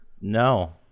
No